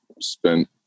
spent